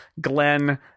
glenn